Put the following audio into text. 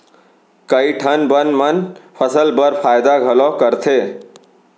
कई ठन बन मन फसल बर फायदा घलौ करथे